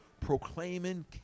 proclaiming